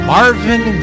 Marvin